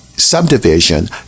subdivision